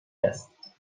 است